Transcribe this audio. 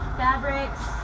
fabrics